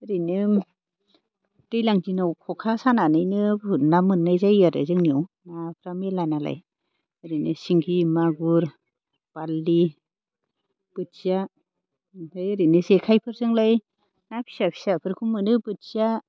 ओरैनो दैज्लां दिनाव ख'खा सानानैनो बुहुद ना मोननाय जायो आरो जोंनियाव नाफोरा मेल्ला नालाय ओरैनो सिंगि मागुर बाल्लि बोथिया ओमफ्राय ओरैनो जेखाइफोरजोंलाय ना फिसा फिसाफोरखौ मोनो बोथिया